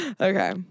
Okay